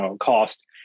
cost